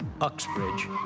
Uxbridge